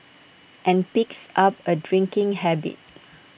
and picks up A drinking habit